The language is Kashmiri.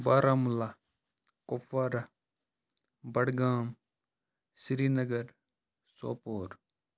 بارامُلا کُپوارا بَڈگام سری نَگَر سوپور